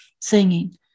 singing